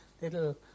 little